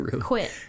Quit